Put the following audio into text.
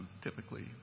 typically